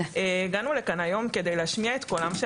הגענו לכאן היום כדי להשמיע את קולם של